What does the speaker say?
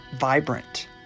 vibrant